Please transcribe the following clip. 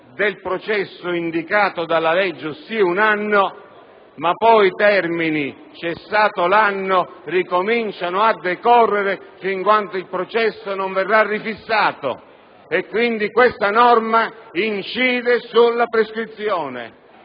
del processo indicata dalla legge, ossia un anno, ma poi i termini, cessato l'anno, ricominciano a decorrere fino a quando il processo non verrà rifissato. Quindi, questa norma incide sulla prescrizione.